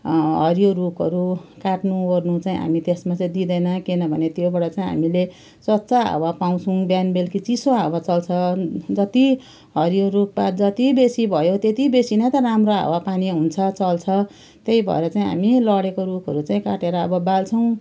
हरियो रुखहरू काट्नुओर्नु चाहिँ हामी त्यसमा चाहिँ दिँदैन किनभने त्योबाट चाहिँ हामीले स्वच्छ हावा पाउँछौँ बिहान बेलुकी चिसो हावा चल्छ जति हरियो रुखपात जति बेसी भयो त्यति बेसी नै त राम्रो हावापानी हुन्छ चल्छ त्यही भएर चाहिँ हामी लडेको रुखहरू चाहिँ काटेर अब बाल्छौँ